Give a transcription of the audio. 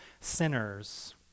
sinners